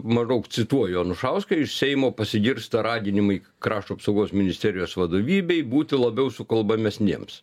maždaug cituoju anušauską iš seimo pasigirsta raginimai krašto apsaugos ministerijos vadovybei būti labiau sukalbamesniems